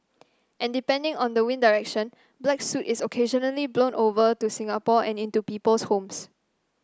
and depending on the wind direction black soot is occasionally blown over to Singapore and into people's homes